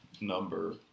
number